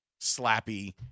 slappy